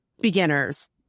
beginners